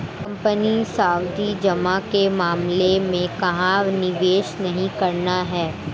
Company सावधि जमा के मामले में कहाँ निवेश नहीं करना है?